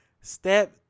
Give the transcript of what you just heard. Step